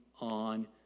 on